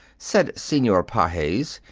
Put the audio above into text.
said senor pages.